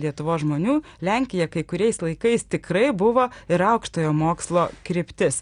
lietuvos žmonių lenkija kai kuriais laikais tikrai buvo ir aukštojo mokslo kryptis